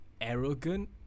arrogant